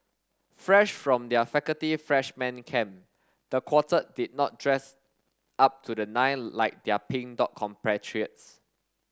fresh from their faculty freshman camp the quartet did not dress up to the nine like their Pink Dot compatriots